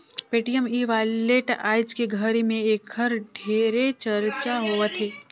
Paytm e wallet आयज के घरी मे ऐखर ढेरे चरचा होवथे